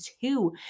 two